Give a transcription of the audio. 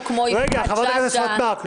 הוא כמו יפעת שאשא,